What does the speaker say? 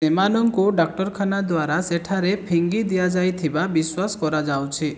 ସେମାନଙ୍କୁ ଡାକ୍ଟରଖାନା ଦ୍ୱାରା ସେଠାରେ ଫିଙ୍ଗି ଦିଆଯାଇଥିବା ବିଶ୍ଵାସ କରାଯାଉଛି